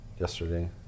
yesterday